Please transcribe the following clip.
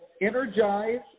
energize